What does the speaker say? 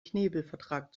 knebelvertrag